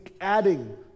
adding